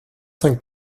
cinq